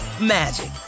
magic